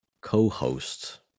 co-host